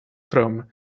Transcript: from